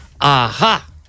Aha